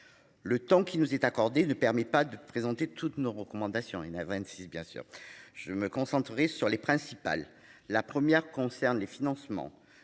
Le temps qui nous est accordée ne permet pas de présenter toutes nos recommandations a 26 bien sûr je me concentrer sur les principales, la première concerne les financements,